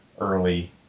early